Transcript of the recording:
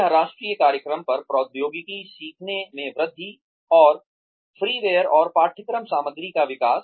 यह राष्ट्रीय कार्यक्रम पर प्रौद्योगिकी सीखने में वृद्धि और फ्रीवेयर और पाठ्यक्रम सामग्री का विकास